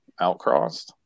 outcrossed